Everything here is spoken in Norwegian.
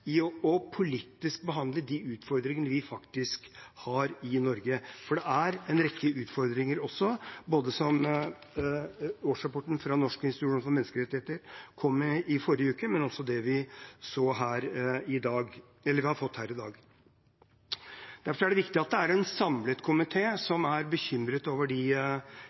å behandle de utfordringene vi faktisk har i Norge. For det er en rekke utfordringer her også, som både årsrapporten fra Norges institusjon for menneskerettigheter, som ble behandlet i Stortinget i forrige uke, viser, og det vi har fått høre her i dag. Derfor er det viktig at det er en samlet komité som er bekymret over